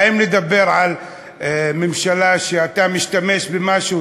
האם לדבר על ממשלה שאתה משתמש במשהו,